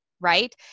right